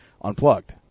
unplugged